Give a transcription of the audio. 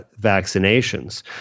vaccinations